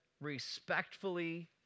respectfully